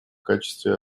качестве